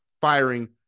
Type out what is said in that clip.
Firing